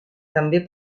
també